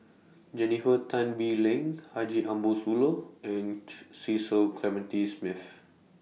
Jennifer Tan Bee Leng Haji Ambo Sooloh and Cecil Clementi Smith